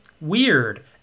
Weird